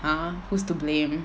!huh! who's to blame